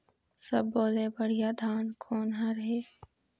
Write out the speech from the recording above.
सब्बो ले बढ़िया धान कोन हर हे?